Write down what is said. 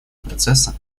процесса